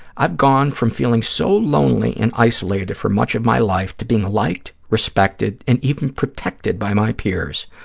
i've gone from feeling so lonely and isolated for much of my life to being liked, respected and even protected by my peers.